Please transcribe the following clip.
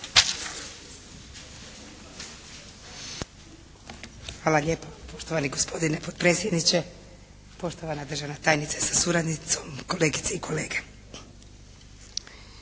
Hvala lijepa poštovani gospodine potpredsjedniče, poštovana državna tajnice sa suradnicom, kolegice i kolege.